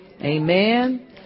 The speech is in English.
Amen